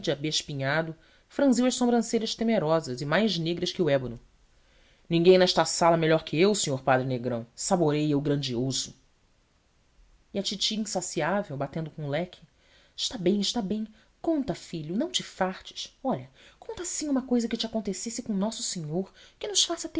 abespinhado franziu as sobrancelhas temerosas e mais negras que o ébano ninguém nesta sala melhor que eu senhor padre negrão saboreia o grandioso e a titi insaciável batendo com o leque está bem está bem conta filho não te fartes olha conta assim uma cousa que te acontecesse com nosso senhor que nos faça